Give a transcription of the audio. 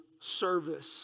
service